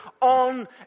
on